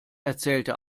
erzählte